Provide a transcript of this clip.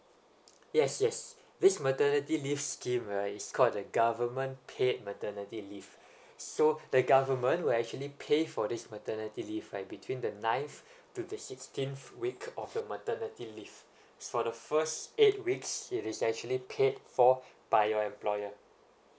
yes yes this maternity leave scheme right is called the government paid maternity leave so the government will actually pay for this maternity leave right between the ninth to the sixteenth week of your maternity leave for the first eight weeks it is actually paid for by your employer